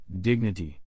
Dignity